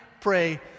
pray